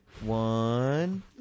One